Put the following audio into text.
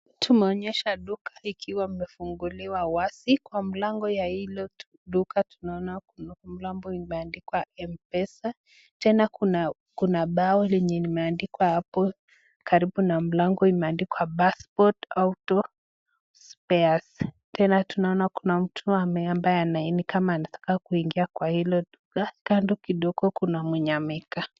Tumeonyesha duka ikiwa umefunguliwa wasi. Kwa mlango ya hilo duka tunaona kuna mlango umeandikwa M-PESA. Tena kuna kuna bao lenye limeandikwa hapo karibu na mlango imeandikwa passport auto spares . Tena tunaona kuna mtu ambaye ana ni kama anataka kuingia kwa hilo duka. Kando kidogo kuna mwenye ameka.